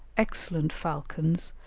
excellent falcons,